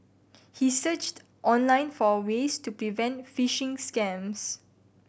he searched online for ways to prevent phishing scams